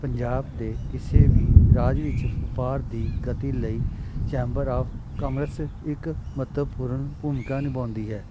ਪੰਜਾਬ ਦੇ ਕਿਸੇ ਵੀ ਰਾਜ ਵਿੱਚ ਵਪਾਰ ਦੀ ਗਤੀ ਲਈ ਚੈਂਬਰ ਅੋਫ ਕਮਰਸ ਇੱਕ ਮਹੱਤਵਪੂਰਨ ਭੂਮਿਕਾ ਨਿਭਾਉਂਦੀ ਹੈ